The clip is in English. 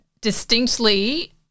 distinctly